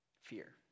fear